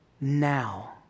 now